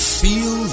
feel